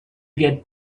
get